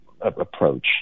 approach